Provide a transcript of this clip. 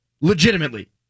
legitimately